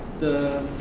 the